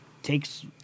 takes